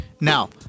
Now